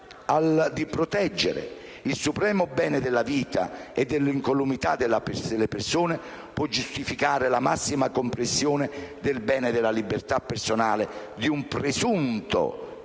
di proteggere il supremo bene della vita e dell'incolumità delle persone può giustificare la massima compressione del bene della libertà personale di un presunto